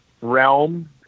realm